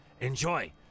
enjoy